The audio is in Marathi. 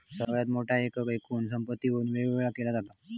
सगळ्यात मोठ्या बँकेक एकूण संपत्तीवरून वेगवेगळा केला जाता